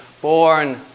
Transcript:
born